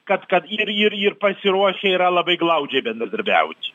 kad kad ir ir ir pasiruošę yra labai glaudžiai bendradarbiaut